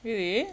really